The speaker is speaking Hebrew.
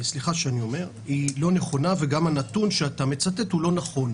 לא נכונה וגם הנתון שאתה מצטט לא נכון.